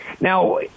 Now